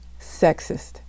sexist